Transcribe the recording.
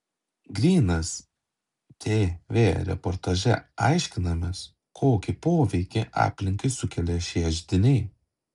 grynas tv reportaže aiškinamės kokį poveikį aplinkai sukelia šie židiniai